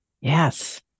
Yes